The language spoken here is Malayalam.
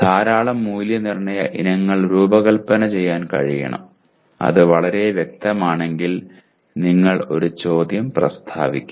ധാരാളം മൂല്യനിർണ്ണയ ഇനങ്ങൾ രൂപകൽപ്പന ചെയ്യാൻ കഴിയണം അത് വളരെ വ്യക്തമാണെങ്കിൽ നിങ്ങൾ ഒരു ചോദ്യം പ്രസ്താവിക്കും